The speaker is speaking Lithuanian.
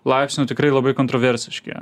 laipsniu tikrai labai kontroversiški